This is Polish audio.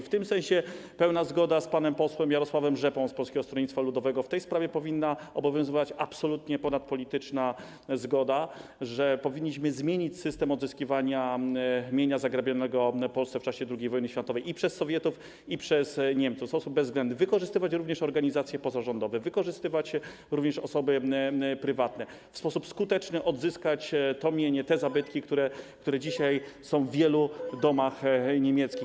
W tym sensie pełna zgoda z panem posłem Jarosławem Rzepą z Polskiego Stronnictwa Ludowego - w tej sprawie powinna obowiązywać absolutnie ponadpolityczna zgoda - że powinniśmy zmienić system odzyskiwania mienia zagrabionego w Polsce w czasie II wojny światowej i przez Sowietów, i przez Niemców w sposób bezwzględny, wykorzystywać także organizacje pozarządowe, jak również osoby prywatne, w sposób skuteczny odzyskać to mienie, te zabytki, które dzisiaj są w wielu domach niemieckich.